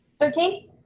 Thirteen